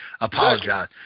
Apologize